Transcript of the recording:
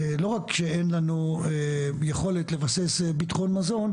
לא רק שאין לנו לבסס ביטחון מזון.